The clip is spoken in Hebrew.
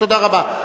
תודה רבה.